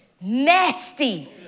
nasty